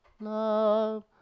Love